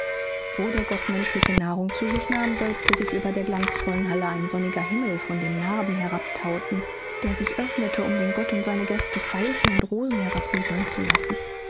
wo der gott menschliche nahrung zu sich nahm wölbte sich über der glanzvollen halle ein sonniger himmel von dem narben herabthauten der sich öffnete um auf den gott und seine gäste veilchen und rosen herabrieseln zu lassen